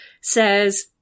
says